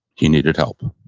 he needed help.